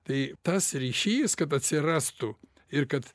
tai tas ryšys kad atsirastų ir kad